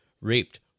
raped